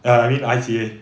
ya I mean I_C_A